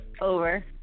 Over